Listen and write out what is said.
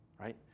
right